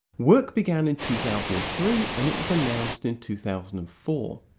work began in two thousand and three and it was announced in two thousand and four.